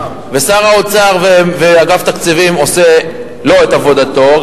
ושר האוצר ואגף תקציבים עושה לא את עבודתו,